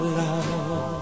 love